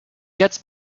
gets